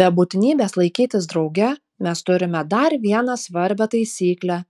be būtinybės laikytis drauge mes turime dar vieną svarbią taisyklę